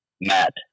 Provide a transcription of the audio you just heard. Matt